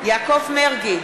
יעקב מרגי,